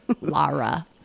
Lara